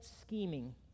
scheming